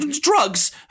drugs